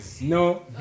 no